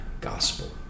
gospel